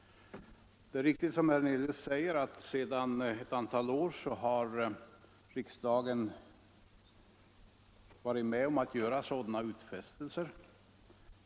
Det är riktigt som herr Hernelius säger att riksdagen sedan ett antal år varit med om att göra sådana utfästelser.